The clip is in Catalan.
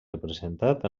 representat